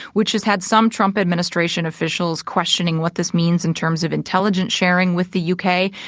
which has had some trump administration officials questioning what this means in terms of intelligence sharing with the u k,